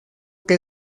que